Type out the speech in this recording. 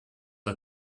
der